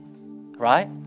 Right